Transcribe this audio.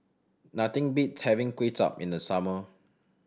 nothing beats having Kuay Chap in the summer